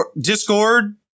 discord